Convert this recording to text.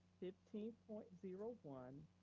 fifteen point zero one,